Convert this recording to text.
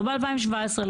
לא ב-2017,